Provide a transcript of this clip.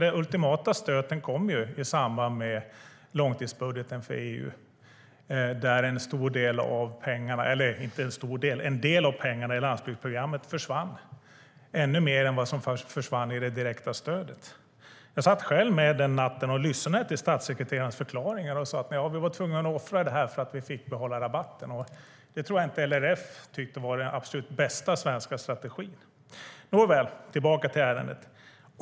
Den ultimata stöten kom i samband med långtidsbudgeten för EU där en del av pengarna i landsbygdsprogrammet försvann, ännu mer än vad som först försvann i det direkta stödet. Jag satt själv med den natten och lyssnade till statssekreterarens förklaringar. Han sade att de var tvungna att offra pengarna för att behålla rabatten. Det tror jag inte att LRF tyckte var den absolut bästa svenska strategin. Nåväl - tillbaka till ärendet.